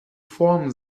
form